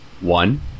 One